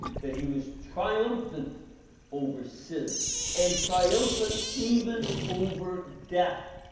that he was triumphant over sin and triumphant even over death.